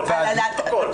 על הכל.